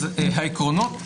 אז העקרונות,